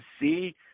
see